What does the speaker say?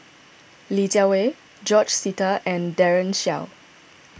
Li Jiawei George Sita and Daren Shiau